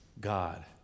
God